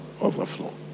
overflow